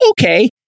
okay